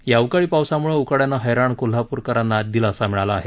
या अवकाळी पावसामुळे उकाड्याने हैराण कोल्हापूरकरांना दिलासा मिळाला आहे